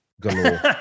galore